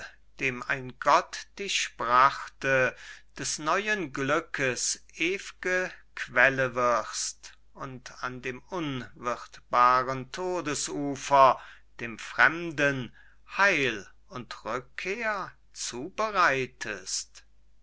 dem ein gott dich brachte des neuen glückes ew'ge quelle wirst und an dem unwirthbaren todes ufer dem fremden heil und rückkehr zubereitest